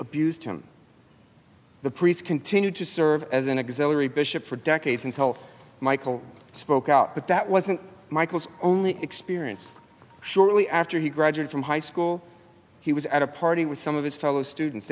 abused them the priest continued to serve as an exile or a bishop for decades until michael spoke out but that wasn't michael's only experience shortly after he graduated from high school he was at a party with some of his fellow students